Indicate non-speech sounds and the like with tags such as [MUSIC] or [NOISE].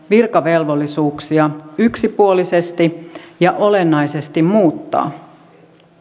[UNINTELLIGIBLE] virkavelvollisuuksia yksipuolisesti ja olennaisesti muuttaa